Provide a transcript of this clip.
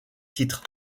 titres